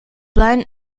blind